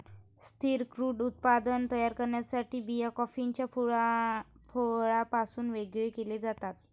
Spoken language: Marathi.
स्थिर क्रूड उत्पादन तयार करण्यासाठी बिया कॉफीच्या फळापासून वेगळे केल्या जातात